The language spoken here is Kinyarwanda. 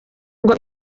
ngo